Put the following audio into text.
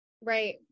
right